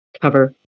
cover